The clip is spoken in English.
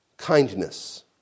Kindness